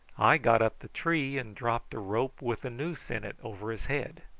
i got up the tree and dropped a rope with a noose in it over his head.